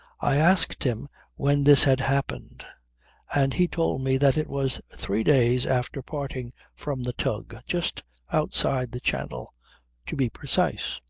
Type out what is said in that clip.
i asked him when this had happened and he told me that it was three days after parting from the tug, just outside the channel to be precise.